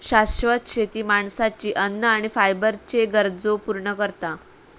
शाश्वत शेती माणसाची अन्न आणि फायबरच्ये गरजो पूर्ण करता